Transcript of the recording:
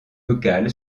locale